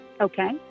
Okay